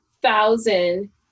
thousand